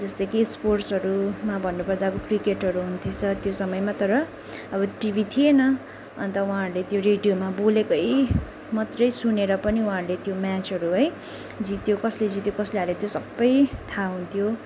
जस्तै कि स्पोर्ट्सहरूमा भन्नुपर्दा अब क्रिकेटहरू हुन्थेछ त्यो समयमा तर अब टिभी थिएन अन्त उहाँहरूले त्यो रेडियोमा बोलेकै मात्रै सुनेर पनि उहाँहरूले त्यो म्याचहरू है जित्यो कसले जित्यो कसले हाऱ्यो त्यो सबै थाहा हुन्थ्यो